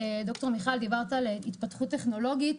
ד"ר מיכל לוי דיברה על התפתחות טכנולוגיות.